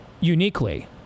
uniquely